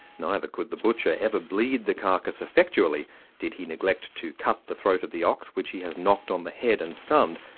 neither could the butcher ever bleed the carcass effectually did he neglect to cut the throat of the ox which he has knocked on the head and stunned,